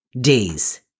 days